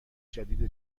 جدید